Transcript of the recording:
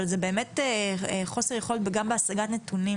אבל זה באמת חוסר יכולת גם בהשגת נותנים.